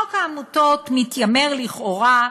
חוק העמותות מתיימר, לכאורה,